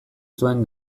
zuen